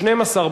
התשע"ב